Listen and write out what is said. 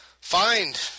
find